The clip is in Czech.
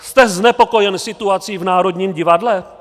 Jste znepokojen situací v Národním divadle?